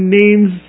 names